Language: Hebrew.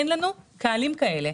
אין לנו קהלים כאלה.